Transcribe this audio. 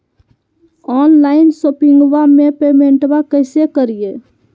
Online शोपिंगबा में पेमेंटबा कैसे करिए?